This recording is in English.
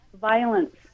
violence